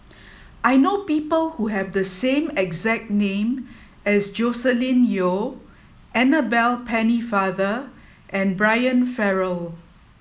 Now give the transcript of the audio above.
I know people who have the exact name as Joscelin Yeo Annabel Pennefather and Brian Farrell